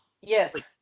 yes